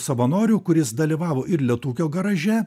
savanorių kuris dalyvavo ir lietūkio garaže